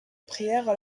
prière